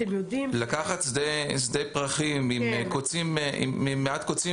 אתם יודעים --- לקחת שדה פרחים עם מעט קוצים